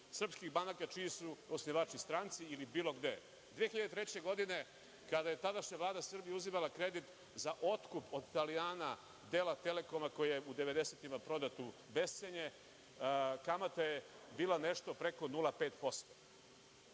srpskih banaka čiji su osnivači stranci ili bilo gde. Godine 2003. kada je tadašnja Vlada Srbije uzimala kredit za otkup od Italijana dela Telekoma koji je u 90-tim prodat u bescenje, kamata je bila nešto preko 0,5%.